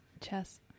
Chess